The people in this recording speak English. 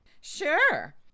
sure